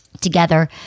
together